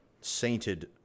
sainted